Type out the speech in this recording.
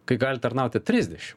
kai gali tarnauti trisdešim